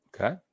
Okay